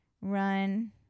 run